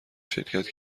شرکت